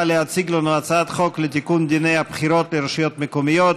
להציג לנו הצעת חוק לתיקון דיני הבחירות לרשויות המקומיות,